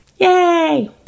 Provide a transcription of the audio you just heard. Yay